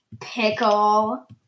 Pickle